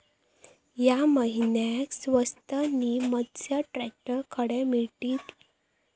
या महिन्याक स्वस्त नी मस्त ट्रॅक्टर खडे मिळतीत?